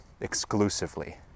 exclusively